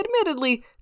admittedly